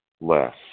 less